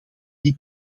die